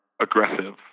aggressive